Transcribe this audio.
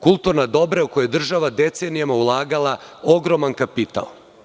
Kulturna dobra u koje je država decenijama ulagala ogroman kapital.